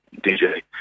DJ